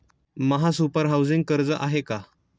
महासुपर हाउसिंग कर्ज आहे का?